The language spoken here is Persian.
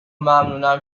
ممنونم